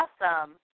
Awesome